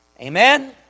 Amen